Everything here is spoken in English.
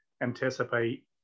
anticipate